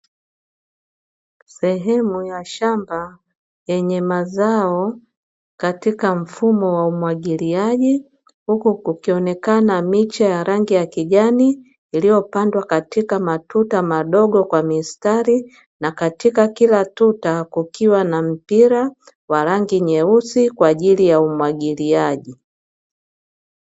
Sehemu ya shamba yenye mazao katika mfumo wa umwagiliaji huko kukionekana miche ya rangi ya kijani iliyopandwa katika matuta madogo kwa mistari na katika kila tunda kukiwa na mpira wa rangi nyeusi kwa ajili ya umwagiliaji.